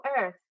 earth